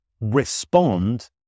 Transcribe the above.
respond